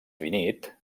finit